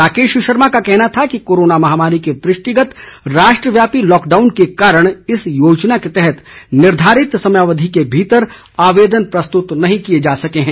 राकेश शर्मा का कहना था कि कोरोना महामारी के दृष्टिगत राष्ट्रव्यापी लॉकडाउन के कारण इस योजना के तहत निर्धारित समयाविधि के भीतर आवेदन प्रस्तुत नहीं किए जा सके हैं